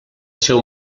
seu